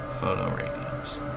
Photoradiance